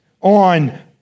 on